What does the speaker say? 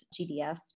GDF